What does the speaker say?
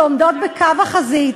שעומדות בקו החזית,